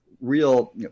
real